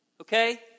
Okay